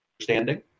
understanding